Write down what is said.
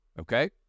Okay